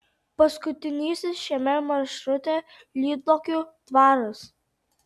paskutinysis šiame maršrute lyduokių dvaras